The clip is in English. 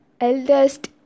eldest